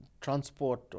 transport